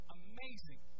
amazing